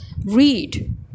Read